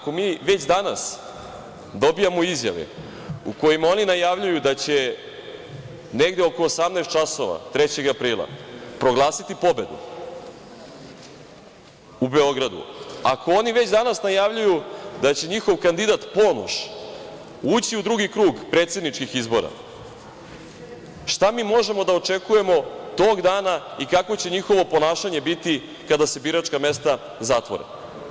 Ako mi već danas dobijamo izjave u kojima oni najavljuju da će negde oko 18 časova 3. aprila proglasiti pobedu u Beogradu, ako oni već danas najavljuju da će njihov kandidat Ponoš ući u drugi krug predsedničkih izbora, šta mi možemo da očekujemo tog dana i kako će njihovo ponašanje biti kada se biračka mesta zatvore?